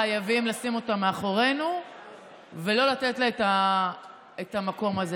חייבים לשים אותה מאחורינו ולא לתת לה את המקום הזה.